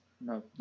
no